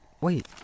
Wait